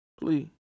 Please